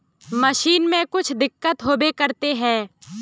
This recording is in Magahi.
मशीन में कुछ दिक्कत होबे करते है?